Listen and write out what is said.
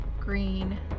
green